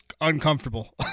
uncomfortable